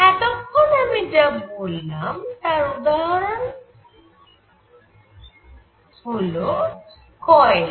এতক্ষন আমি যা বললাম তার উদাহরণ রূপে ধরো কয়লা